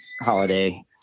holiday